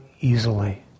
easily